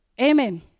Amen